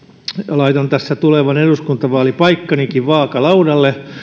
laitan tässä tulevan eduskuntavaalipaikkanikin vaakalaudalle